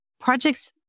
Projects